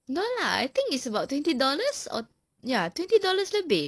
no lah I think it's about twenty dollars or ya twenty dollars lebih